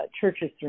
churches